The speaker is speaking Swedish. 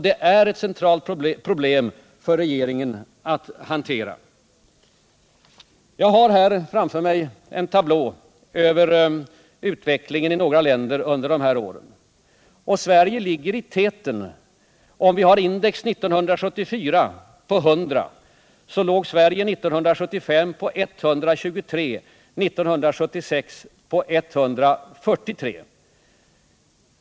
Det är ett centralt problem för regeringen att hantera. Jag har framför mig en tablå över utvecklingen i några länder under dessa år, och Sverige ligger i täten. Om vi sätter index till 100 år 1974, så låg Sverige 1975 på 123 och 1976 på 143.